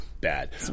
bad